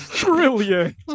Brilliant